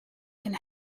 can